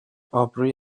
آبروی